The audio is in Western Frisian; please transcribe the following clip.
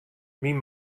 myn